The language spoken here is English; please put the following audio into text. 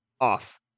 off